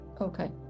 okay